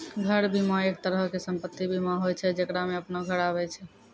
घर बीमा, एक तरहो के सम्पति बीमा होय छै जेकरा मे अपनो घर आबै छै